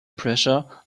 pressure